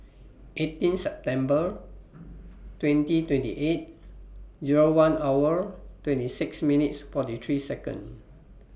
eighteen September twenty twenty eight Zero one hour twenty six minutes forty three Second